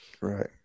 Right